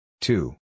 Two